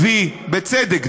בצדק,